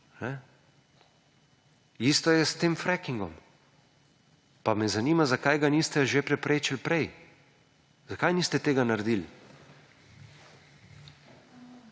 Isto je s tem frackingom. Pa me zanima, zakaj ga niste že preprečili prej. Zakaj niste tega naredili?